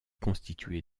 constituée